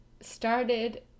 started